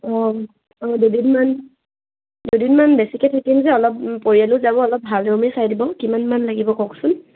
অঁ অঁ দুদিনমানমান দুদিনমান বেছিকে থাকিম যে অলপ পৰিয়ালো যাব অলপ ভাল ৰুমেই চাই দিব কিমানমান লাগিব কওকচোন